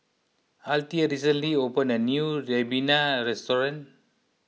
Althea recently opened a new Ribena restaurant